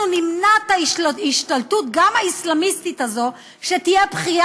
אנחנו נמנע את ההשתלטות, גם האסלמיסטית הזאת,